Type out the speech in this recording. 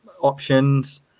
options